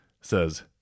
says